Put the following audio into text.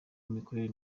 imikorere